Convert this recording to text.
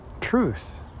truth